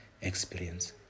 experience